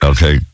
Okay